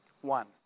One